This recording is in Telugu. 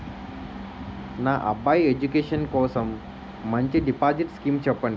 నా అబ్బాయి ఎడ్యుకేషన్ కోసం మంచి డిపాజిట్ స్కీం చెప్పండి